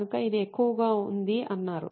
కనుక ఇది ఎక్కువగా ఉంది అన్నారు